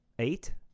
eight